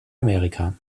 amerika